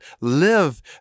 live